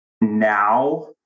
now